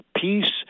peace